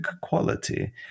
quality